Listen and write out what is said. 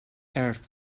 earth